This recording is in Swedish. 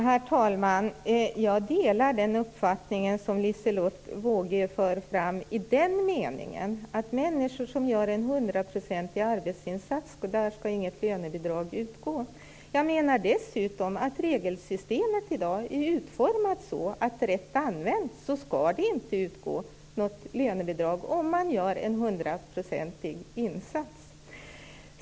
Herr talman! Jag delar Liselotte Wågös uppfattning att det inte skall utgå något lönebidrag till människor som gör en hundraprocentig arbetsinsats. Jag menar dessutom att regelsystemet i dag är utformat så att det rätt använt inte skall utgå något lönebidrag om man gör en hundraprocentig insats.